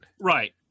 right